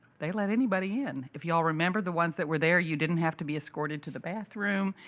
they let anybody in. if you all remember, the ones that were there you didn't have to be escorted to the bathroom,